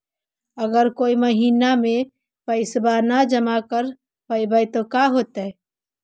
अगर कोई महिना मे पैसबा न जमा कर पईबै त का होतै?